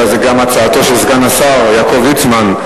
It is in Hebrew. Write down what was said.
זו גם הצעתו של סגן השר יעקב ליצמן.